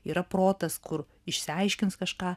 yra protas kur išsiaiškins kažką